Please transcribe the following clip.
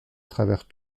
travers